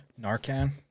Narcan